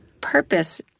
purpose